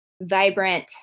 vibrant